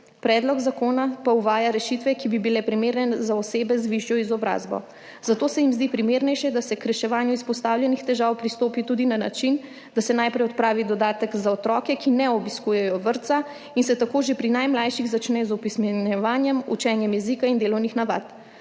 predlog zakona pa uvaja rešitve, ki bi bile primerne za osebe z višjo izobrazbo, zato se jim zdi primernejše, da se k reševanju izpostavljenih težav pristopi tudi na način, da se najprej odpravi dodatek za otroke, ki ne obiskujejo vrtca, in se tako že pri najmlajših začne z opismenjevanjem, učenjem jezika in delovnih navad.